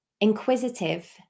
inquisitive